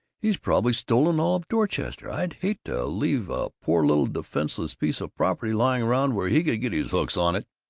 he's probably stolen all of dorchester. i'd hate to leave a poor little defenseless piece of property lying around where he could get his hooks on it!